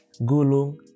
Gulung